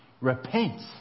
repent